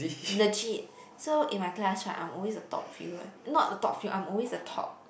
legit so in my class right I'm always the top few one not the top few I'm always the top